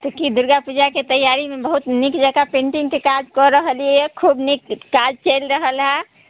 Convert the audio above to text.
तऽ कि दुर्गा पूजाके तैयारीमे बहुत नीक जकाँ पेन्टिंगके काज कऽ रहल है खूब नीक काज चलि रहल है